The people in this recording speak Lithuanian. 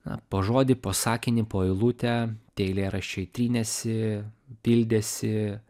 na po žodį po sakinį po eilutę tie eilėraščiai trynėsi pildėsi